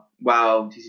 WoW